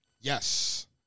Yes